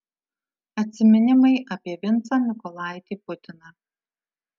atsiminimai apie vincą mykolaitį putiną